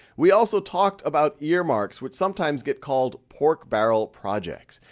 we also talked about earmarks which sometimes get called pork barrel projects.